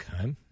Okay